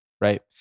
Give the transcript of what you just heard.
right